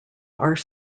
are